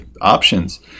options